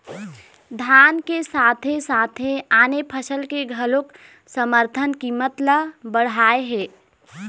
धान के साथे साथे आने फसल के घलोक समरथन कीमत ल बड़हाए हे